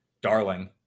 darling